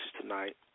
tonight